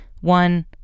One